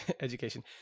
education